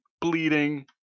bleeding